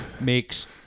makes